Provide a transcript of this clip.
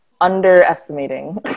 underestimating